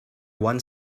one